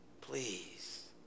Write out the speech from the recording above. Please